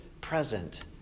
present